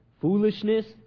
foolishness